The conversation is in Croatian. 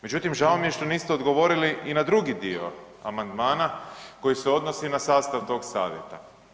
Međutim, žao mi je što niste odgovorili i na drugi dio amandmana koji se odnosi na sastav tog savjeta.